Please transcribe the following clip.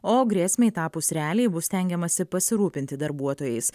o grėsmei tapus realiai bus stengiamasi pasirūpinti darbuotojais